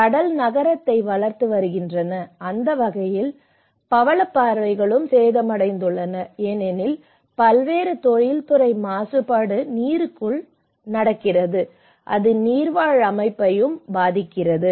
கடல்கள் நகரத்தை வளர்த்து வருகின்றன அந்த வகையில் பவளப்பாறைகளும் சேதமடைந்துள்ளன ஏனெனில் பல்வேறு தொழில்துறை மாசுபாடு நீருக்குள் நடக்கிறது அது நீர்வாழ் அமைப்பை பாதிக்கிறது